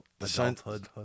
adulthood